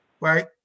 right